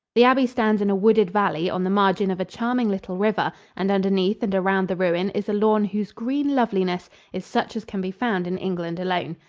the abbey stands in a wooded valley on the margin of a charming little river, and underneath and around the ruin is a lawn whose green loveliness is such as can be found in england alone.